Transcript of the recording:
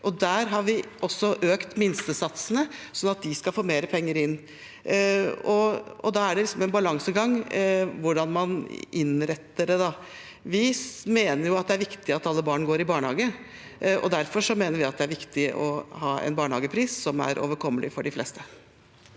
der har vi også økt minstesatsene, sånn at de skal få mer penger inn. Da er det en balansegang hvordan man innretter det. Vi mener at det er viktig at alle barn går i barnehage. Derfor mener vi at det er viktig å ha en barnehagepris som er overkommelig for de fleste.